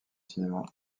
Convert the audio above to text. cinéma